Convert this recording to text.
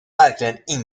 verkligen